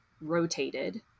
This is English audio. rotated